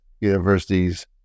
universities